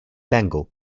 bengal